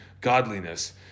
godliness